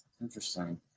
Interesting